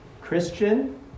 Christian